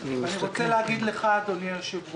אני רוצה להגיד לך, אדוני היושב ראש,